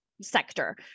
sector